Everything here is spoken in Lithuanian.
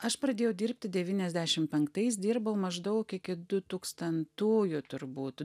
aš pradėjau dirbti devyniasdešim penktais dirbau maždaug iki du tūkstantųjų turbūt